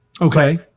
Okay